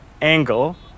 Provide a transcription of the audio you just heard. Angle